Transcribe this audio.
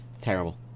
terrible